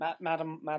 Madam